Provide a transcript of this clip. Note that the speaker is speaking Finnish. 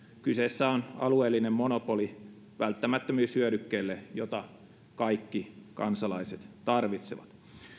kyseessä on alueellinen monopoli välttämättömyyshyödykkeelle jota kaikki kansalaiset tarvitsevat